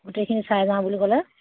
গোটেইখিনি চাই যাওঁ বুলি ক'লে